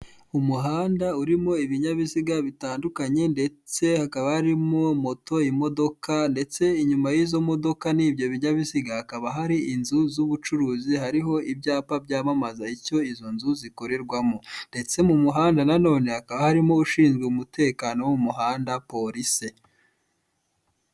Umuhanda urimo ibinyabiziga bitandukanye ndetse hakaba harimo moto, imodoka ndetse inyuma y'izomodoka n'ibyo binyabiziga hakaba hari inzu z'ubucuruzi hariho ibyapa byamamaza icyo izo nzu zikorerwamo, ndetse mu muhanda nanone hakaba harimo ushinzwe umutekano wo mu muhanda polise.